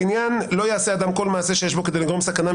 לעניין סעיף 10: "לא יעשה אדם כל מעשה שיש בו כדי לגרום סכנה,